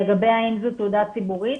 לגבי האם זה תעודה ציבורית?